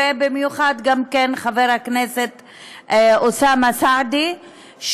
ובמיוחד לחבר הכנסת אוסאמה סעדי,